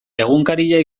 egunkaria